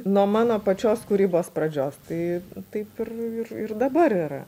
nuo mano pačios kūrybos pradžios tai taip ir ir dabar yra